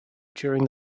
during